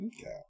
Okay